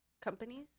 Companies